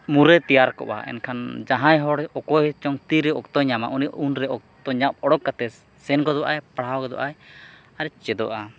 ᱢᱩᱨᱟᱹᱭ ᱛᱮᱭᱟᱨ ᱠᱚᱜᱼᱟ ᱮᱱᱠᱷᱟᱱ ᱡᱟᱦᱟᱸᱭ ᱦᱚᱲ ᱚᱠᱚᱭ ᱪᱚᱝ ᱛᱤᱨᱮ ᱚᱠᱛᱚᱭ ᱧᱟᱢᱟ ᱩᱱᱤ ᱩᱱᱨᱮ ᱚᱠᱛᱚ ᱚᱰᱳᱠ ᱠᱟᱛᱮᱫ ᱥᱮᱱ ᱜᱚᱫᱚᱜᱼᱟᱭ ᱯᱟᱲᱦᱟᱣ ᱜᱚᱫᱚᱜᱼᱟᱭ ᱟᱨᱮ ᱪᱮᱫᱚᱜᱼᱟ